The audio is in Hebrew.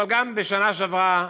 אבל גם בשנה שעברה,